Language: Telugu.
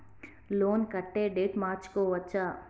లోన్ కట్టే డేటు మార్చుకోవచ్చా?